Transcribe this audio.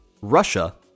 Russia